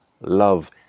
love